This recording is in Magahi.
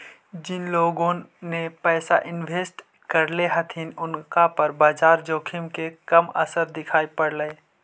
जिन लोगोन ने पैसा इन्वेस्ट करले हलथिन उनका पर बाजार जोखिम के कम असर पड़लई